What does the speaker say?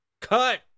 Cut